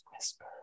whisper